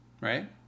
right